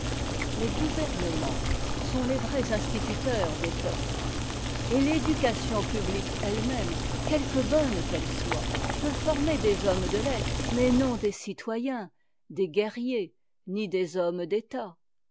les gouvernements sont les vrais instituteurs des peuples et l'éducation publique e e même quelque bonne qu'elle soit peut former des hommes de lettres mais non des citoyens des guerriers ou des hommes d'état